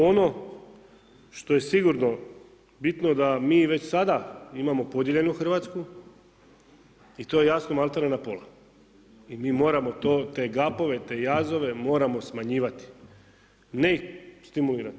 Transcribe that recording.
Ono što je sigurno bitno da mi već sada imamo podijeljenu Hrvatsku i to je jasno maltene na pola, i mi moramo te gapove, te jazove moramo smanjivati, ne ih stimulirati.